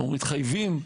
אנחנו מתחייבים.